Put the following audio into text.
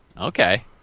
Okay